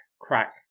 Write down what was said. crack